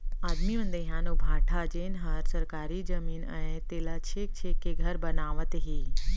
आदमी मन दइहान अउ भाठा जेन हर सरकारी जमीन अय तेला छेंक छेंक के घर बनावत हें